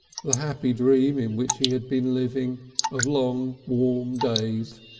the happy dream in which he had been living of long warm days,